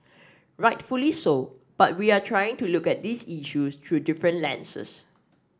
rightfully so but we are trying to look at these issues through different lenses